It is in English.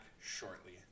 shortly